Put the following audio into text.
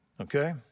okay